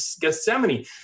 Gethsemane